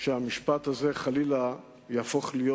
שהמשפט הזה חלילה יהפוך להיות